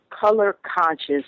color-conscious